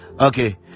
okay